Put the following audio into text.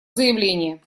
заявление